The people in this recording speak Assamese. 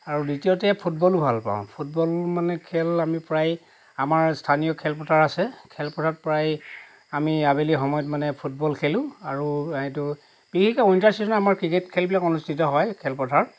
আৰু দ্বিতীয়তে ফুটবলো ভাল পাওঁ ফুটবল মানে খেল আমি প্ৰায় আমাৰ স্থানীয় খেল পথাৰ আছে খেল পথাৰত প্ৰায় আমি আবেলি সময়ত মানে ফুটবল খেলোঁ আৰু সেইটো বিশেষকৈ উইন্টাৰ ছিজনত আমাৰ ক্ৰিকেট খেলবিলাক অনুষ্ঠিত হয় খেল পথাৰত